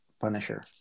Punisher